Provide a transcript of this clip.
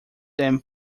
them